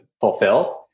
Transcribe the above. fulfilled